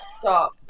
Stop